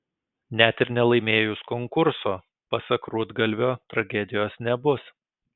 net ir nelaimėjus konkurso pasak rudgalvio tragedijos nebus